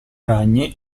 ragni